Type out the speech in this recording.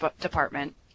Department